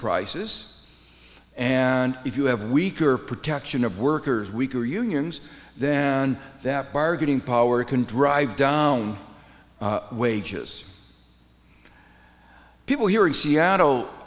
prices and if you have weaker protection of workers weaker unions then that bargaining power can drive down wages people here in seattle